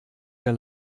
der